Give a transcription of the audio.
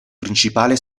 principale